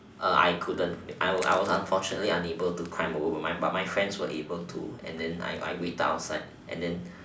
uh I couldn't I I was unfortunately unable to climb over but my friends were able to and then I I waited outside and then